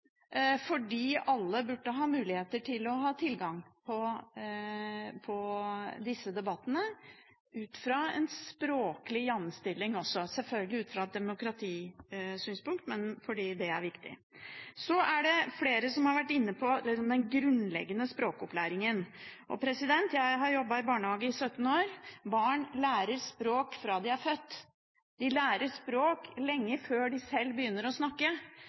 fordi det er viktig. Flere har vært inne på den grunnleggende språkopplæringen. Jeg har jobbet i barnehage i 17 år. Barn lærer språk fra de er født. De lærer språk lenge før de sjøl begynner å snakke.